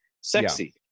sexy